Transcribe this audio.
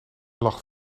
lag